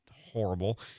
Horrible